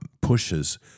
pushes